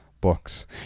books